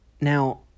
Now